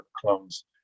clones